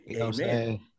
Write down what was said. Amen